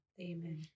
Amen